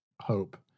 Hope